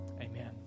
amen